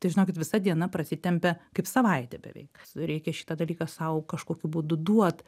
tai žinokit visa diena prasitempia kaip savaitė beveik reikia šitą dalyką sau kažkokiu būdu duot